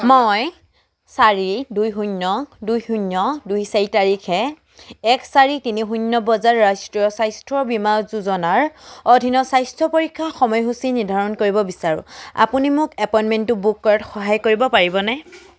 মই চাৰি দুই শূন্য দুই শূন্য দুই চাৰি তাৰিখে এক চাৰি তিনি শূন্য বজাত ৰাষ্ট্ৰীয় স্বাস্থ্য বীমা যোজনাৰ অধীনত স্বাস্থ্য পৰীক্ষাৰ সময়সূচী নিৰ্ধাৰণ কৰিব বিচাৰোঁ আপুনি মোক এপইণ্টমেণ্টটো বুক কৰাত সহায় কৰিব পাৰিবনে